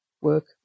work